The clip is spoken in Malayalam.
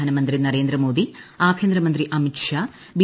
പ്രധാന്റ്മിന്തി നരേന്ദ്രമോദി ആഭ്യന്തരമന്ത്രി അമിത്ഷാ ബി